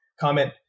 comment